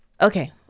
okay